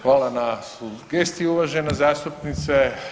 Hvala na sugestiji uvažena zastupnice.